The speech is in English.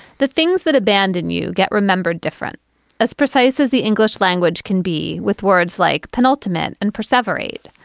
the things that abandoned you get remembered different as precise as the english language can be with words like penultimate and perceiver aid.